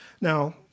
Now